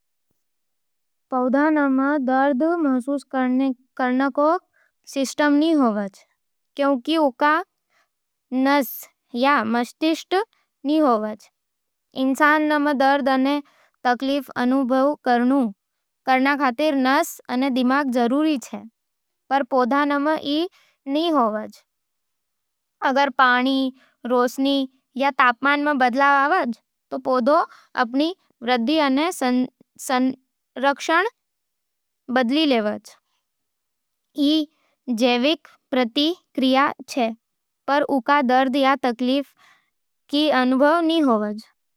पौधे में दर्द महसूस करणे रो सिस्टम नईं होवे, क्यूंकि उँका नस या मस्तिष्क न होव। इंसानां में दर्द अने तकलीफ अनुभव करणा खातर नस अने दिमाग जरूरी होवैं, पर पौधे में ई नईं होवज। अगर पानी, रोशनी या तापमान में बदलाव आवै, तो पौधे आपणी वृद्धि अने संरचना बदल देवैं। ई जैविक प्रतिक्रिया छे, पर उँका दर्द या तकलीफ रो अनुभव नईं होवैं।